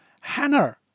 Hannah